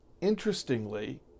interestingly